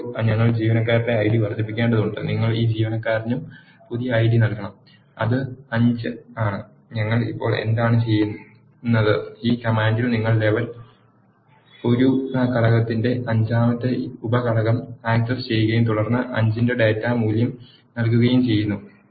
ഇപ്പോൾ ഞങ്ങൾ ജീവനക്കാരുടെ ഐഡി വർദ്ധിപ്പിക്കേണ്ടതുണ്ട് നിങ്ങൾ ഈ ജീവനക്കാരനും പുതിയ ഐഡിയും നൽകണം അത് 5 ആണ് ഞങ്ങൾ ഇപ്പോൾ എന്താണ് ചെയ്യുന്നത് ഈ കമാൻഡിൽ നിങ്ങൾ ലെവൽ ഒരു ഘടകത്തിന്റെ അഞ്ചാമത്തെ ഉപ ഘടകം ആക്സസ് ചെയ്യുകയും തുടർന്ന് 5 ന്റെ ഡാറ്റ മൂല്യം നൽകുകയും ചെയ്യുന്നു